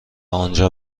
آنجا